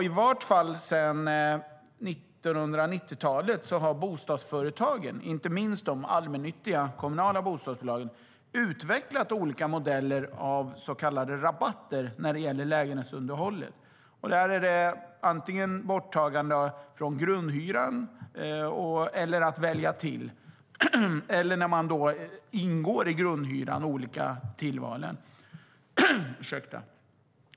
I vart fall sedan 1990-talet har bostadsföretagen, inte minst de allmännyttiga, kommunala bostadsbolagen, utvecklat modeller för så kallade rabatter när det gäller lägenhetsunderhåll. Där handlar det om borttagande av vissa saker från grundhyran eller om att välja dem som tillval när man betalar grundhyra.